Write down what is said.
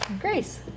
Grace